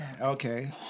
Okay